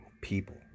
people